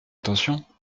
attention